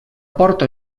porta